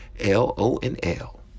L-O-N-L